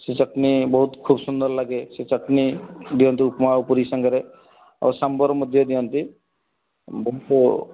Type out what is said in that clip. ସେଇ ଚଟଣି ବହୁତ ଖୁବ ସୁନ୍ଦର ଲାଗେ ସେ ଚଟଣି ଦିଅନ୍ତି ଏଇ ପୁରି ଉପମା ସାଙ୍ଗରେ ଓ ସାମ୍ବର ମଧ୍ୟ ଦିଅନ୍ତି